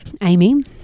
amy